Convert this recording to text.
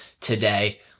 today